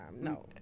No